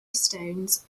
stones